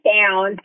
down